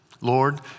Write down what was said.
Lord